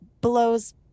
blows